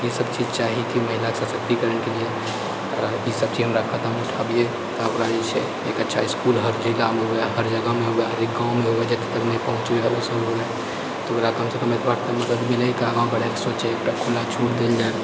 ई सब चीज चाही कि महिला सशक्तिकरणके लिए ई सब चीज हमरा कदम उठबिए आओर ओकरा जे छै एक अच्छा इसकुल हर जिलामे हुअए हर जगहमे हुअए हरेक गाँवमे हुअए जतऽ तक नहि पहुँचल अइ ओतऽ तक हुअए ओकरा कमसँ कम एतबाटा मदद मिलै तऽ आगाँ बढ़ैके सोचै ओकरा खुला छूट देल जाए